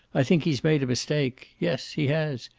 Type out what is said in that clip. i think he's made a mistake. yes, he has.